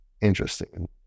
interesting